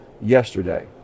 yesterday